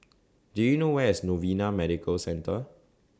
Do YOU know Where IS Novena Medical Centre